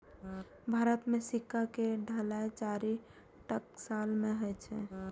भारत मे सिक्का के ढलाइ चारि टकसाल मे होइ छै